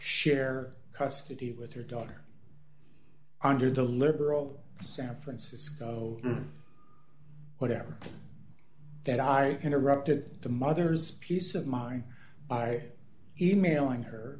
share custody with her daughter under the liberal san francisco whatever that i interrupted the mother's peace of mind by e mailing